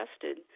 tested